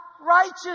righteous